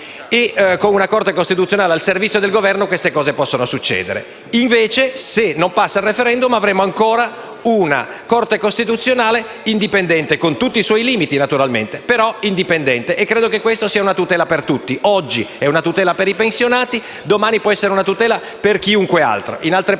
Con una Corte costituzionale al servizio del Governo queste cose possono succedere. Invece, se non passa il *referendum* avremo ancora una Corte costituzionale indipendente, con tutti i suoi limiti, naturalmente, ma indipendente. Credo che questa sia una tutela per tutti: oggi è una tutela per i pensionati, domani potrà essere una tutela per chiunque altro.